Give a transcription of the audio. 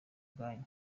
ubwanyu